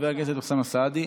וחבר הכנסת אוסאמה סעדי,